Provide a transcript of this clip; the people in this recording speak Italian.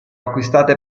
acquistate